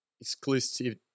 exclusive